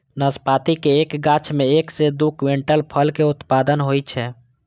नाशपाती के एक गाछ मे एक सं दू क्विंटल फल के उत्पादन होइ छै